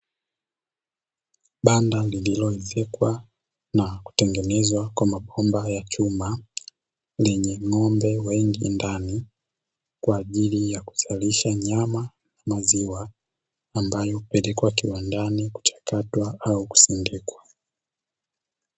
Banda lililoezekwa na kutengeneza Kwa mabomba ya chuma lenye ng'ombe wengi ndani kwa ajili ya kuzalisha nyama na maziwa, ambayo hupelekwa kiwandani Kwa ajili ya kuchakatwa au kusindikwa.